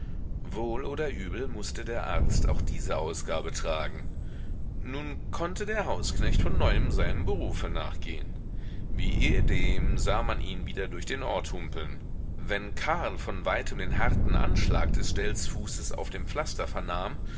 wohl oder übel mußte der arzt auch diese ausgabe tragen nun konnte der hausknecht von neuem seinem berufe nachgehen wie ehedem sah man ihn wieder durch den ort humpeln wenn karl von weitem den harten anschlag des stelzfußes auf dem pflaster vernahm